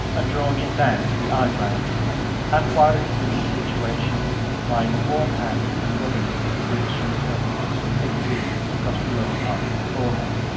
and drawing it down to the eye-brows and while it is in this situation applying a warm hand, and rubbing it until it shrinks up into a thick weal across the lower part of the forehead.